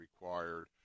required